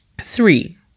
Three